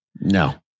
No